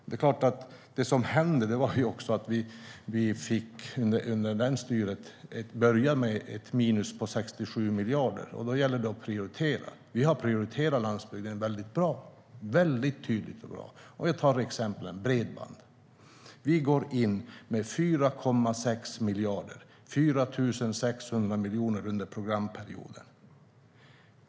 Det som hände under det styret innebar också att vi fick börja med ett minus på 67 miljarder. Då gäller det att prioritera. Vi har prioriterat landsbygden väldigt tydligt och bra. Jag tar exemplet bredband. Vi går in med 4,6 miljarder, 4 600 miljoner, under programperioden.